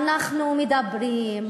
אנחנו מדברים.